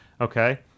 Okay